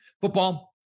football